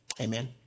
Amen